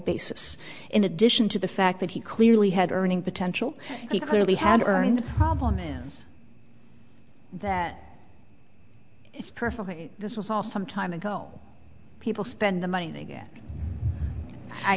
basis in addition to the fact that he clearly had earning potential he clearly had earned problem is that it's perfectly this was all some time ago people spend the money they get i